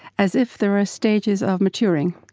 as if there are stages of maturing.